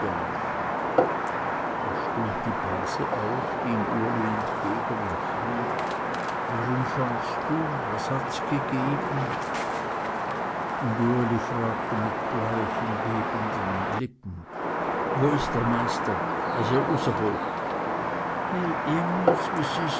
da stund die base auf ging uli entgegen und frug warum fahrst du was hats gegeben und uli fragte mit bleichen bebenden lippen wo ist der meister er